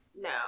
No